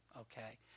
Okay